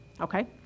okay